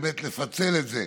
באמת לפצל את זה.